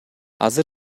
азыр